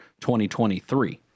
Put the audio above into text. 2023